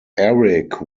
eric